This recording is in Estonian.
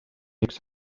üks